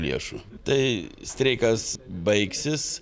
lėšų tai streikas baigsis